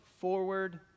forward